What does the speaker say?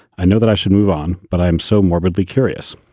i know that i should move on, but i'm so morbidly curious.